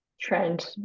trend